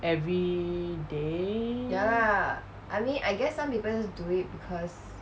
every day